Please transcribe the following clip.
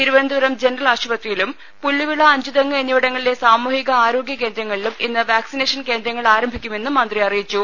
Thiruvananthapuram general ആശുപത്രിയിലും പുല്ലുവിള അഞ്ചുതെങ്ങ് എന്നിവിടങ്ങളിലെ സാമൂഹിക ആരോഗ്യ കേന്ദ്രങ്ങളിലും ഇന്ന് വാക്സിനേഷൻ കേന്ദ്രങ്ങൾ ആരംഭിക്കുമെന്നും മന്ത്രി അറിയിച്ചു